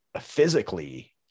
physically